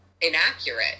inaccurate